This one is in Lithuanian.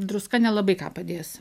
druska nelabai ką padės